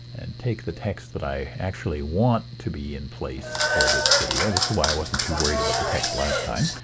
and take the text that i actually want to be in place for this video. this is why i wasn't too worried about the text last time.